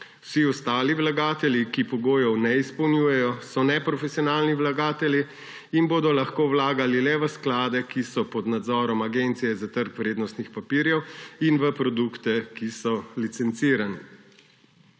Vsi ostali vlagatelji, ki pogojev ne izpolnjujejo, so neprofesionalni vlagatelji in bodo lahko vlagali le v sklade, ki so pod nadzorom Agencije za trg vrednostnih papirjev, in v produkte, ki so licencirani.